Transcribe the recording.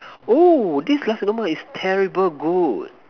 oh this Nasi-Lemak is terrible good